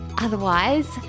Otherwise